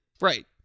Right